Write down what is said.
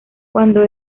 cuando